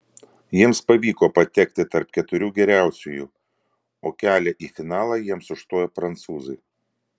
jiems pavyko patekti tarp keturių geriausiųjų o kelią į finalą jiems užstojo prancūzai